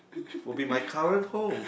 will be my current home